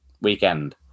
weekend